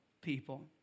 people